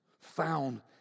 found